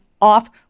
off